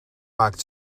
maakt